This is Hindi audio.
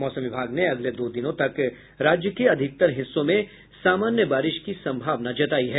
मौसम विभाग ने अगले दो दिनों तक राज्य के अधिकतर हिस्सों में सामान्य बारिश की संभावना जतायी है